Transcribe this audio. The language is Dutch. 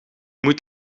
moet